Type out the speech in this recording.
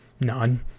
None